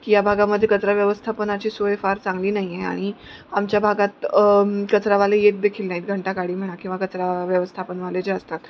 की या भागामध्ये कचरा व्यवस्थापनाची सोय फार चांगली नाही आहे आणि आमच्या भागात कचरावाले येतदेखील नाहीत घंटागाडी म्हणा किंवा कचरा व्यवस्थापनवाले जे असतात